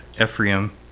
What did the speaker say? Ephraim